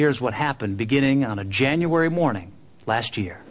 here's what happened beginning on a january morning last year